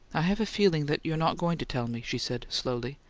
i have a feeling that you're not going to tell me, she said, slowly.